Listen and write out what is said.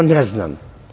Ne znam.